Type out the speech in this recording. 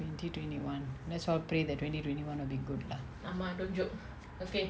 twenty twenty one let's all pray that twenty twenty one will be good lah